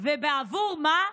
ובעבור מה?